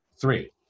Three